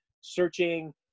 searching